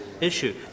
issue